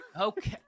Okay